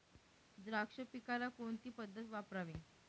द्राक्ष पिकाला कोणती पद्धत वापरावी?